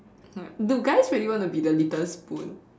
ya do guys really want to be the little spoon